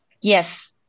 Yes